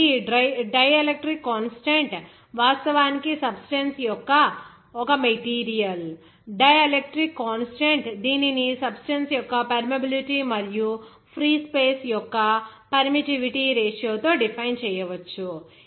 కాబట్టి ఈ dielectric constant వాస్తవానికి సబ్స్టెన్స్ యొక్క ఒక మెటీరియల్ డై ఎలక్ట్రిక్ కాన్స్టాంట్ దీనిని సబ్స్టెన్స్ యొక్క పర్మియబిలిటీ మరియు ఫ్రీ స్పేస్ యొక్క పర్మిటివిటీ రేషియో తో డిఫైన్ చేయవచ్చు